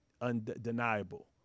undeniable